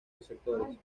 receptores